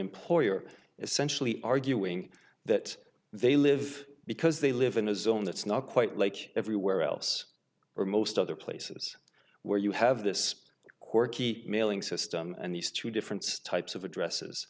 employer essentially arguing that they live because they live in a zone that's not quite like everywhere else or most other places where you have this quirky mailing system and these two difference types of addresses